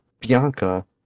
Bianca